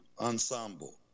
ensemble